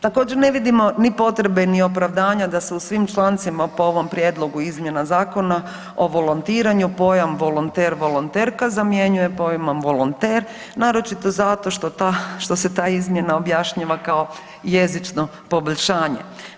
Također ne vidimo ni potrebe ni opravdanja da se u svim člancima po ovom prijedlogu izmjena Zakona o volontiranju, pojam volonter, volonterka zamjenjuje pojmom volonter naročito zato što se ta izmjena objašnjava kao jezično poboljšanje.